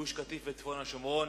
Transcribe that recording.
מגוש-קטיף וצפון השומרון.